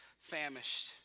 famished